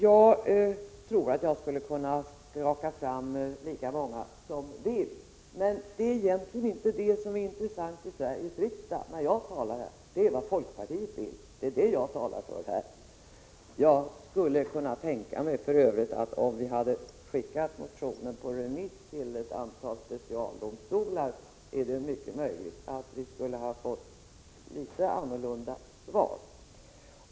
Jag tror att jag skulle kunna skaka fram lika många som vill ha det, men det är egentligen inte det som är intressant när jag talar i Sveriges riksdag, utan vad folkpartiet vill — det är det jag talar för här. För övrigt kan jag tänka mig att det är mycket möjligt att vi om vi hade skickat motionen på remiss till ett antal specialdomstolar skulle ha fått litet annorlunda svar.